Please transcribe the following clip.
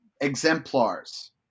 exemplars